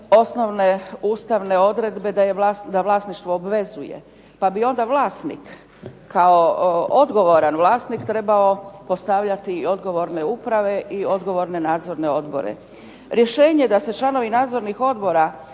osnovne ustavne odredbe da vlasništvo obvezuje. Pa bi onda vlasnik, kao odgovoran vlasnik trebao postavljati i odgovorne uprave i odgovorne nadzorne odbore. Rješenje da se članovi nadzornih odbora